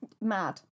Mad